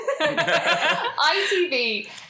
ITV